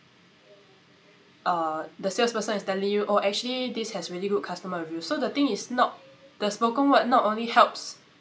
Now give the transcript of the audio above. uh the salesperson is telling you oh actually this has really good customer reviews so the thing is not the spoken word not only helps